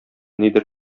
нидер